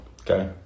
Okay